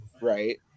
right